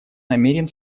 намерен